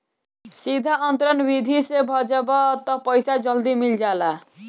सीधा अंतरण विधि से भजबअ तअ पईसा जल्दी मिल जाला